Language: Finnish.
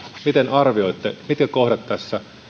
miten arvioitte mitkä kohdat tässä